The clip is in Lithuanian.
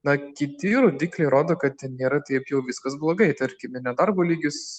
na kiti rodikliai rodo kad nėra taip jau viskas blogai tarkime nedarbo lygis